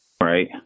Right